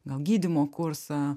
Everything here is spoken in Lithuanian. gal gydymo kursą